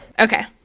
Okay